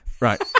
Right